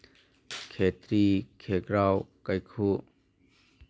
ꯈꯦꯇ꯭ꯔꯤ ꯈꯦꯒ꯭ꯔꯥꯎ ꯀꯩꯈꯨ